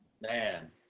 Man